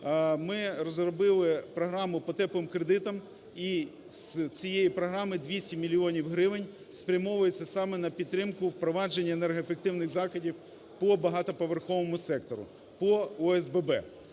ми розробили програму по "теплим кредитам". І з цієї програми 200 мільйонів гривень спрямовуються саме на підтримку і впровадженняенергоефективних заходів по багатоповерховому сектору, по ОСББ.